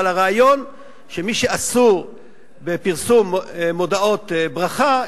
אבל הרעיון הוא שמי שאסור בפרסום מודעות ברכה,